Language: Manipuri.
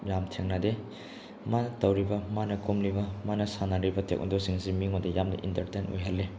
ꯌꯥꯝ ꯊꯦꯡꯅꯗꯦ ꯃꯥꯅ ꯇꯧꯔꯤꯕ ꯃꯥꯅ ꯀꯨꯝꯂꯤꯕ ꯃꯥꯅ ꯁꯥꯟꯅꯔꯤꯕ ꯇꯥꯏꯋꯣꯟꯗꯣꯁꯤꯡꯁꯤ ꯃꯤꯉꯣꯟꯗ ꯌꯥꯝꯅ ꯏꯟꯇꯔꯇꯦꯟ ꯑꯣꯏꯍꯜꯂꯦ